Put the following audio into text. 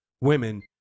women